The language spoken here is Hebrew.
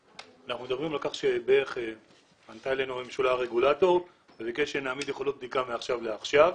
פנה אלינו הרגולטור וביקש שנעמיד יכולות בדיקה מעכשיו לעכשיו.